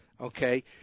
okay